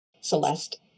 Celeste